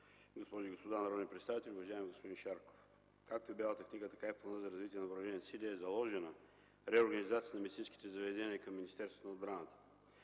госпожи и господа народни представители, уважаеми господин Шарков! Както и в Бялата книга, така и в Плана за развитие на въоръжените сили е заложена реорганизацията на медицинските заведения към Министерството на отбраната.